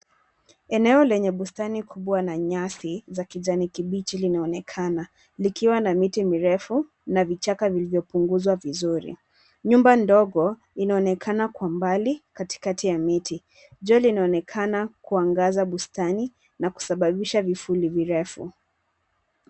Eneo lenye bustani kubwa na nyasi za kijani kibichi linaonekana, likiwa na miti mirefu na vichaka vilivyopunguzwa vizuri. Nyumba ndogo inaonekana kwa mbali katikati ya miti. Jua linaonekana kuangaza bustani na kusababisha vivuli virefu.